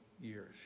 years